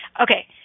Okay